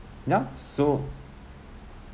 ya so